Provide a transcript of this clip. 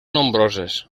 nombroses